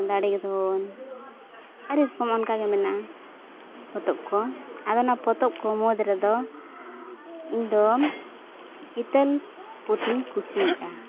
ᱫᱟᱲᱮᱜᱮ ᱫᱷᱚᱱ ᱟᱹᱰᱤ ᱚᱱᱠᱟᱜᱮ ᱢᱮᱱᱟᱜᱼᱟ ᱯᱚᱛᱚᱵ ᱠᱚ ᱟᱫᱚ ᱚᱱᱟ ᱯᱚᱛᱚᱵ ᱠᱚ ᱢᱩᱫᱽ ᱨᱮᱫᱚ ᱤᱧᱫᱚ ᱦᱤᱛᱟᱹᱞ ᱯᱩᱛᱷᱤᱧ ᱠᱩᱥᱤᱭᱟᱜᱼᱟ